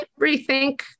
rethink